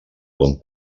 bon